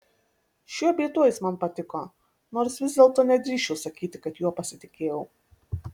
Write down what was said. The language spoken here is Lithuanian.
šiuo bei tuo jis man patiko nors vis dėlto nedrįsčiau sakyti kad juo pasitikėjau